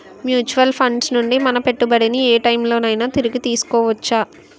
Mutual funds నుండి మన పెట్టుబడిని ఏ టైం లోనైనా తిరిగి తీసుకోవచ్చా?